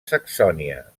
saxònia